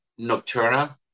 nocturna